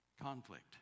conflict